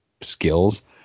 skills